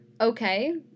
okay